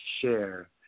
share